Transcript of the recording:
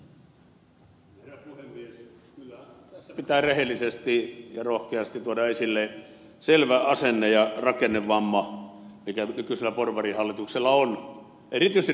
kyllä tässä pitää rehellisesti ja rohkeasti tuoda esille selvä asenne ja rakennevamma mikä nykyisellä porvarihallituksella on erityisesti suhteessa nykyiseen presidenttiin